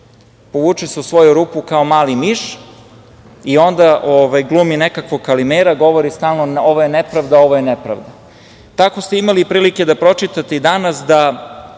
Povuče se u svoju rupu kao mali miš i onda glumi nekog Kalimera, govorili stalno – ovo je nepravda, ovo je nepravda. Tako ste imali prilike da pročitate i danas da